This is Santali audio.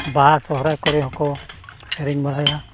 ᱵᱟᱦᱟ ᱥᱚᱦᱨᱟᱭ ᱠᱚᱨᱮ ᱦᱚᱸᱠᱚ ᱥᱮᱨᱮᱧ ᱵᱟᱲᱟᱭᱟ